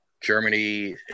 Germany